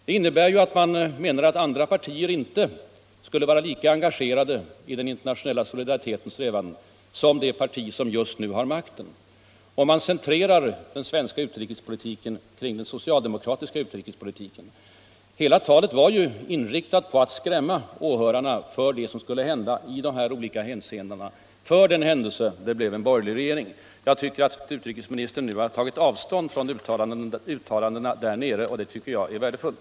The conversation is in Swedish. Det innebär ju att man menar att andra partier inte är lika engagerade i de internationella solidaritetssträvandena som det parti som just nu har makten och att man sätter likhetstecken mellan svensk utrikespolitik och socialdemokratisk utrikespolitik. Hela talet var inriktat på att skrämma åhörarna för vad som skulle inträffa för den händelse det blev en borgerlig regering. Jag tycker att utrikesministern nu har tagit avstånd från uttalandena där nere, och det anser jag, som sagt, vara värdefullt.